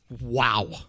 Wow